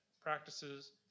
practices